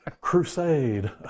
Crusade